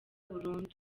burundu